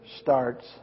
starts